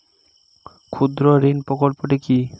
ক্ষুদ্রঋণ প্রকল্পটি কি?